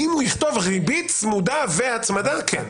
אם הוא יכתוב ריבית צמודה והצמדה, כן.